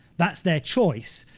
that's their choice.